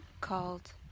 called